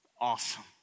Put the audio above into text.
awesome